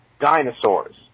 dinosaurs